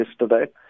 yesterday